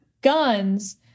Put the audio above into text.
guns